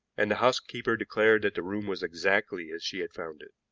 and the housekeeper declared that the room was exactly as she had found it.